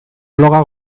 bloga